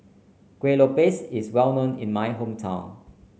Kueh Lopes is well known in my hometown